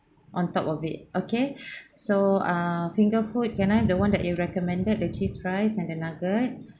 on top of it okay so uh finger food can I have the one that you recommended the cheese fries and the nugget